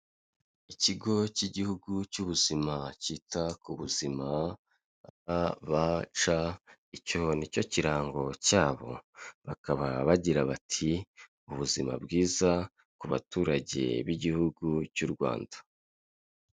Ikigo cy'Igihugu cy'Ubuzima cyita ku buzima, RBC icyo ni cyo kirango cyabo, bakaba bagira bati ''ubuzima bwiza ku baturage b'Igihugu cy'u Rwanda.''